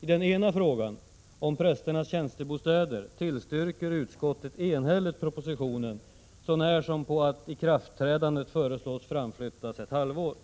I den ena frågan - om prästernas tjänstebostäder — tillstyrker utskottet enhälligt propositionen, så när som på att ikraftträdandet föreslås framflyttat ett halvår.